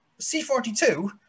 C42